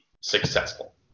successful